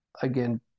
again